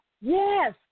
yes